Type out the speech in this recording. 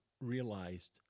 realized